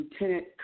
Lieutenant